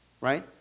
right